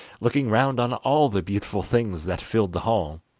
looking round on all the beautiful things that filled the hall.